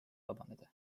vabaneda